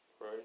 Right